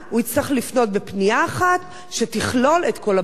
לפנות בפנייה אחת שתכלול את כל הבקשות.